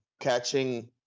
catching